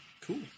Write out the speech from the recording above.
Cool